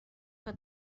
que